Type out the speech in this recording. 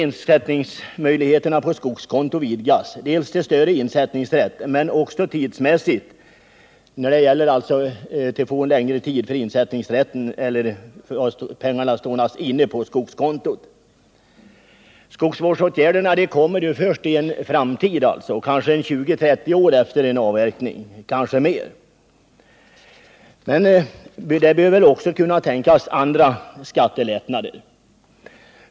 Insättningsmöjligheterna på skogskontot måste vidgas, dels genom större insättningsrätt, dels genom att pengarna får stå inne längre tid. Skogsvårdsåtgärderna kostar pengar en lång tid, kanske 20-30 år efter en avverkning. Men det bör väl också kunna tänkas andra skattelättnader.